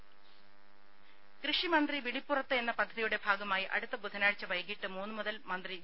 രുമ കൃഷിമന്ത്രി വിളിപ്പുറത്ത് എന്ന പദ്ധതിയുടെ ഭാഗമായി അടുത്ത ബുധനാഴ്ച വൈകിട്ട് മൂന്നുമുതൽ മന്ത്രി വി